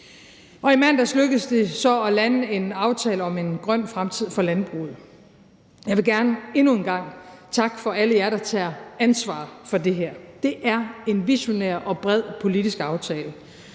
i mandags lykkedes det så at lande en aftale om en grøn fremtid for landbruget. Jeg vil gerne endnu en gang takke alle jer, der tager ansvar for det her – det er en visionær og bred politisk aftale